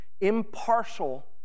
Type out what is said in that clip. impartial